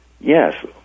Yes